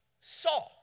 saw